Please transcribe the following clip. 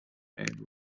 and